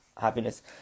happiness